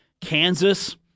Kansas